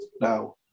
now